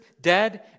dead